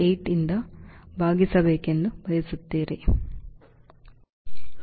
8 ರಿಂದ ಭಾಗಿಸಬೇಕೆಂದು ಬಯಸುತ್ತೀರಿ